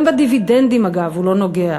גם בדיבידנדים, אגב, הוא לא נוגע.